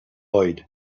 oed